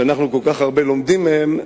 שאנחנו כל כך הרבה לומדים מהן,